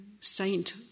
saint